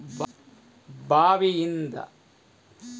ಬಾವಿಯಿಂದ ನೀರು ಮೇಲೆ ಎತ್ತಲಿಕ್ಕೆ ಯಾವ ಪಂಪ್ ಬೇಕಗ್ತಾದೆ?